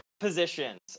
positions